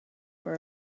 for